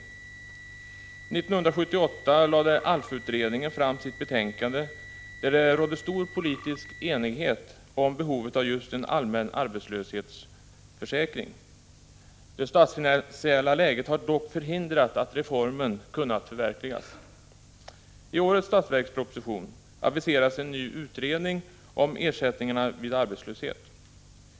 1978 lade ALF-utredningen fram sitt betänkande där det rådde stor politisk enighet om behovet av just en allmän arbetslöshetsförsäkring. Det statsfinansiella läget har dock förhindrat att reformen kunnat förverkligas. Tårets statsverksproposition aviserades en ny utredning om ersättningarna vid arbetslöshet.